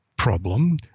problem